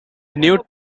new